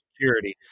security